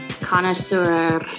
connoisseur